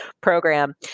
program